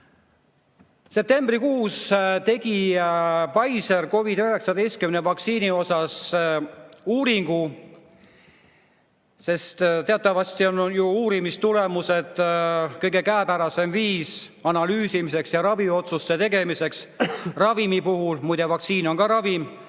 Septembrikuus tegi Pfizer COVID‑19 vaktsiini kohta uuringu, sest teatavasti on ju uurimistulemused kõige käepärasem viis analüüsimiseks ja raviotsuste tegemiseks ravimi puhul – muide, vaktsiin on ka ravim